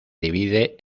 divide